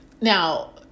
Now